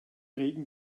regen